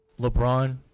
LeBron